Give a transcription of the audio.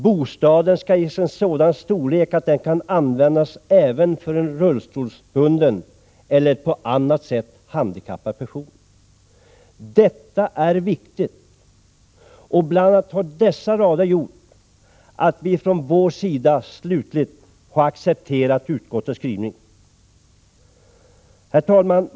Bostaden skall ges en sådan storlek att den kan användas även för en rullstolsbunden eller på annat sätt handikappad person. Detta är viktigt, och det är bl.a. dessa rader som har gjort att vi socialdemokrater slutligen har accepterat utskottets skrivning. Herr talman!